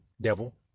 devil